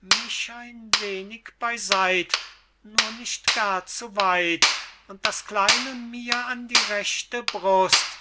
mich ein wenig bey seit nur nicht gar zu weit und das kleine mir an die rechte brust